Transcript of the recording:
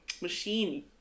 machine